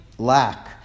lack